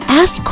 ask